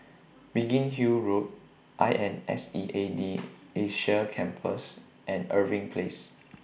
Biggin Hill Road I N S E A D Asia Campus and Irving Place